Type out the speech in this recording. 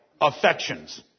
affections